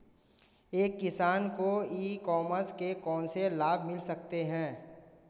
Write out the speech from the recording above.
एक किसान को ई कॉमर्स के कौनसे लाभ मिल सकते हैं?